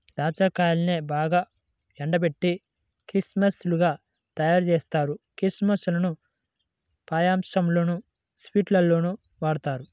దాచ్చా కాయల్నే బాగా ఎండబెట్టి కిస్మిస్ లుగా తయ్యారుజేత్తారు, కిస్మిస్ లను పాయసంలోనూ, స్వీట్స్ లోనూ వాడతారు